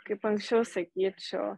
kaip anksčiau sakyčiau